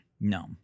no